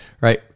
right